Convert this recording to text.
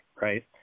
right